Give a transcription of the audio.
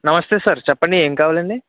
నమస్తే సార్ చెప్పండి ఏమి కావాలండి